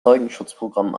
zeugenschutzprogramm